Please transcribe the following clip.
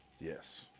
Yes